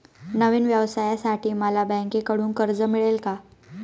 नवीन व्यवसायासाठी मला बँकेकडून कर्ज मिळेल का?